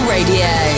Radio